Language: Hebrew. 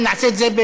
מסכימה?